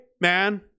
man